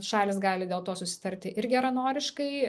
šalys gali dėl to susitarti ir geranoriškai